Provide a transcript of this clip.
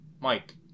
Mike